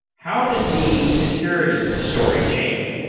how does the security story change?